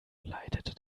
leitete